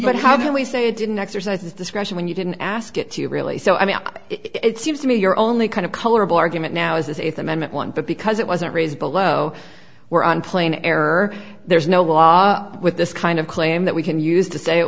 but how can we say it didn't exercise discretion when you didn't ask it to you really so i mean it seems to me you're only kind of colorable argument now is this if amendment one but because it wasn't raised below were in plain error there's no law with this kind of claim that we can use to say it